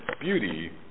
beauty